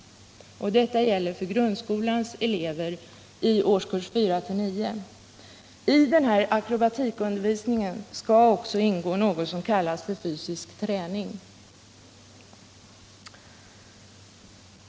Detta gäller för grundskolans elever i årskurserna 4-9. I denna akrobatikundervisning skall också ingå något som kallas fysisk träning.